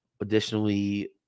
Additionally